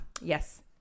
Yes